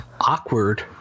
Awkward